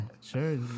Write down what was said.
Sure